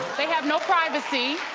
they have no privacy.